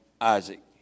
Isaac